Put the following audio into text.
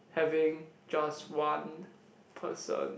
having just one person